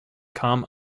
com